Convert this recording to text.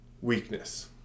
weakness